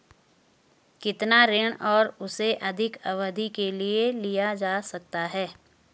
कितना ऋण और उसे कितनी अवधि के लिए लिया जा सकता है?